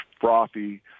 frothy